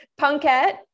punkette